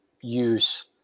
use